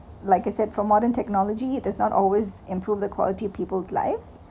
like I said for modern technology does not always improve the quality people's lives